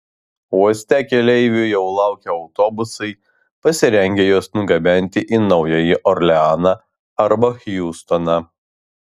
uoste keleivių jau laukia autobusai pasirengę juos nugabenti į naująjį orleaną arba hjustoną